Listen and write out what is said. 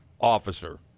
Officer